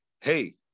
hey